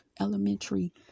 elementary